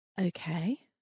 Okay